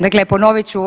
Dakle ponovit ću.